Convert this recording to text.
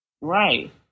Right